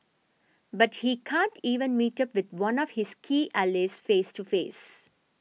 but he can't even meet up the one of his key allies face to face